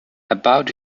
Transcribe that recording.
about